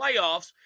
playoffs